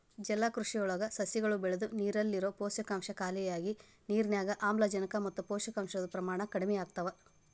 ಜಲಕೃಷಿಯೊಳಗ ಸಸಿಗಳು ಬೆಳದು ನೇರಲ್ಲಿರೋ ಪೋಷಕಾಂಶ ಖಾಲಿಯಾಗಿ ನಿರ್ನ್ಯಾಗ್ ಆಮ್ಲಜನಕ ಮತ್ತ ಪೋಷಕಾಂಶದ ಪ್ರಮಾಣ ಕಡಿಮಿಯಾಗ್ತವ